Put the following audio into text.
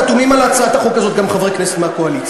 חתומים על הצעת החוק הזאת גם חברי כנסת מהקואליציה.